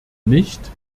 nicht